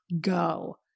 go